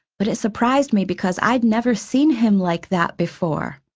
but it surprised me because i'd never seen him like that before.